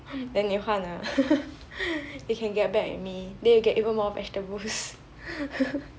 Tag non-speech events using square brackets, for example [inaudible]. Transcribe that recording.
then 你换了 [laughs] you can get back at me then you get even more vegetables